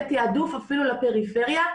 בתעדוף אפילו לפריפריה.